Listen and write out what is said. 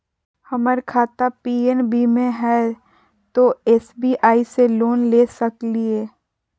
हमर खाता पी.एन.बी मे हय, तो एस.बी.आई से लोन ले सकलिए?